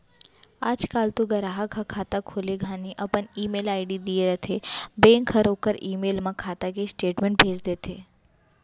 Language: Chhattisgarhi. आज काल तो गराहक ह खाता खोले घानी अपन ईमेल आईडी दिए रथें बेंक हर ओकर ईमेल म खाता के स्टेटमेंट भेज देथे